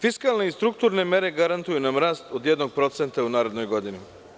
Fiskalne i strukturne mere garantuju nam rast od 1% u narednoj godini.